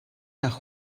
nach